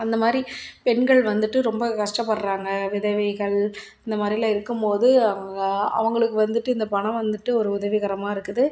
அந்தமாதிரி பெண்கள் வந்துட்டு ரொம்ப கஷ்டப்படுறாங்க விதவைகள் இந்த மாதிரிலாம் இருக்கும் போது அவங்க அவங்களுக்கு வந்துட்டு இந்த பணம் வந்துட்டு ஒரு உதவிகரமாக இருக்குது